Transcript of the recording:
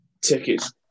tickets